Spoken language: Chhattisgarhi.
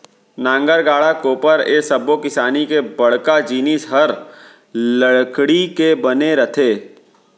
नांगर, गाड़ा, कोपर ए सब्बो किसानी के बड़का जिनिस हर लकड़ी के बने रथे